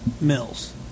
mills